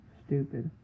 stupid